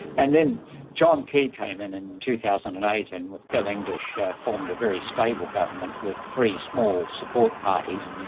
and then john key came in in and two thousand and eight and with bill english formed a very stable government with three small support parties.